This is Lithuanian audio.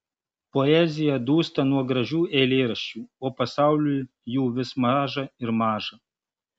poezija dūsta nuo gražių eilėraščių o pasauliui jų vis maža ir maža